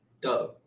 Duh